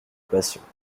patients